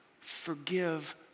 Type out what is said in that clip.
forgive